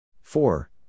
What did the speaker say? Four